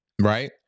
Right